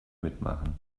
mitmachen